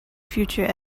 future